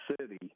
city